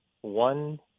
one